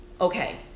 okay